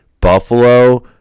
Buffalo